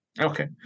Okay